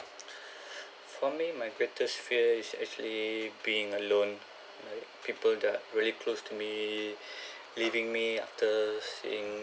for me my greatest fear is actually being alone like people that really close to me leaving me after seeing